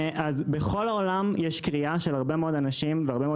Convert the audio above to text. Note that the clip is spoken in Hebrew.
בכל העולם יש קריאה של הרבה מאוד אנשים והרבה מאוד